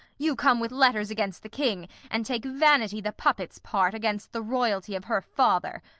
you come with letters against the king, and take vanity the puppet's part against the royalty of her father.